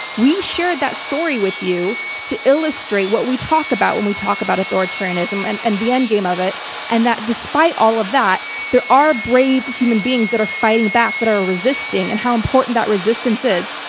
we shared that story with you to illustrate what we talk about when we talk about authoritarianism and and the end game of it and, that despite all of that, there are brave human beings that are fighting back that are resisting, and how important that resistance is,